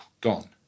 gone